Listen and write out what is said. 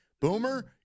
boomer